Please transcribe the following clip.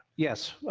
yes.